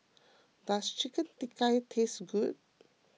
does Chicken Tikka taste good